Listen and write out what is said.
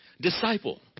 disciple